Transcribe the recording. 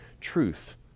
truth